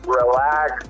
relax